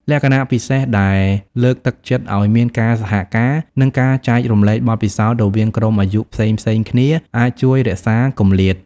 លក្ខណៈពិសេសដែលលើកទឹកចិត្តឱ្យមានការសហការ និងការចែករំលែកបទពិសោធន៍រវាងក្រុមអាយុផ្សេងៗគ្នាអាចជួយរក្សាគម្លាត។